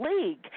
league